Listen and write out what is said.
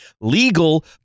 legal